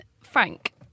Frank